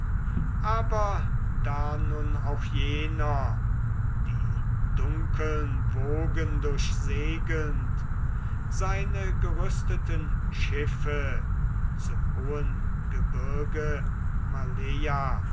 aber da nun auch jener die dunkeln wogen durchsegelnd seine gerüsteten schiffe zum hohen gebirge maleia